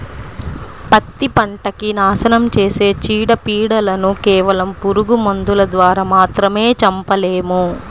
పత్తి పంటకి నాశనం చేసే చీడ, పీడలను కేవలం పురుగు మందుల ద్వారా మాత్రమే చంపలేము